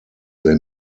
they